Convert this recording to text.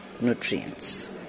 nutrients